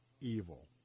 evil